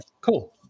cool